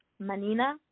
Manina